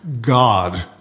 God